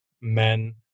men